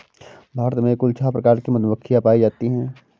भारत में कुल छः प्रकार की मधुमक्खियां पायी जातीं है